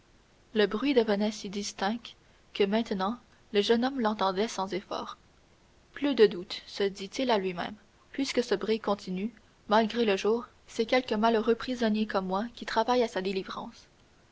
le bruit devenait si distinct que maintenant le jeune homme l'entendait sans efforts plus de doute se dit-il à lui-même puisque ce bruit continue malgré le jour c'est quelque malheureux prisonnier comme moi qui travaille à sa délivrance